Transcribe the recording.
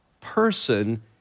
person